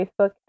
Facebook